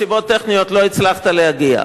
מסיבות טכניות לא הצלחת להגיע.